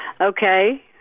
Okay